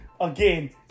again